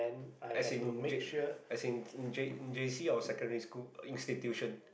as in J as in J J_C or secondary school in institution